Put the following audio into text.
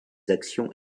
actions